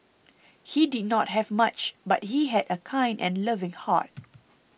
he did not have much but he had a kind and loving heart